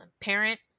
parent